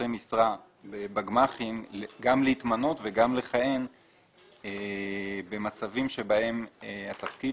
משרה בגמ"חים גם להתמנות וגם לכהן במצבים בהם התפקיד